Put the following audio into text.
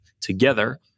together